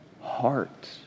heart